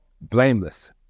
blameless